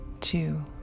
two